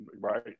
Right